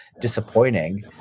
disappointing